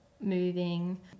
moving